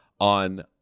on